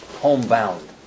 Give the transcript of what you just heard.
homebound